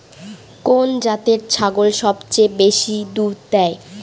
কোন জাতের ছাগল সবচেয়ে বেশি দুধ দেয়?